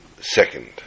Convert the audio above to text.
second